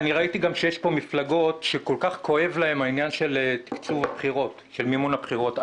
אני ראיתי גם שיש פה מפלגות שעניין מימון הבחירות כל כך כואב להן.